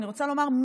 אני רוצה לומר,